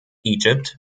egypt